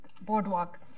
Boardwalk